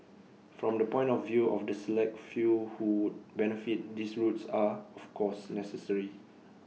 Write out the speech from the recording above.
from the point of view of the select few who benefit these routes are of course necessary